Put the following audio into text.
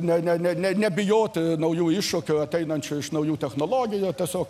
ne ne ne ne nebijoti naujų iššūkių ateinančių iš naujų technologijų tiesiog